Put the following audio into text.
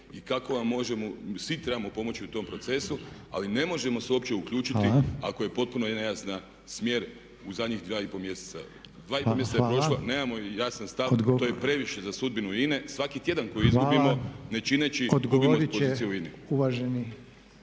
i kako vam možemo, svi trebamo pomoći u tom procesu ali ne možemo se uopće uključiti ako je potpuno nejasan smjer u zadnjih 2,5 mjeseca. 2,5 mjeseca je prošlo, nemamo jasan stav, to je previše za sudbinu INA-e. Svaki tjedan koji izgubimo ne čineći gubimo poziciju u